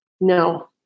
No